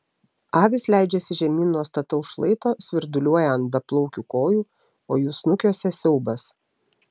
avys leidžiasi žemyn nuo stataus šlaito svirduliuoja ant beplaukių kojų o jų snukiuose siaubas